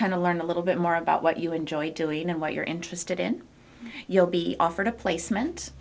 kind of learn a little bit more about what you enjoy doing and what you're interested in you'll be offered a placement